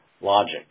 logic